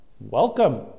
welcome